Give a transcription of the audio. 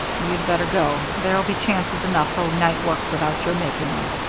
you'd better go. there'll be chances enough for night work without your making them.